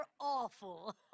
awful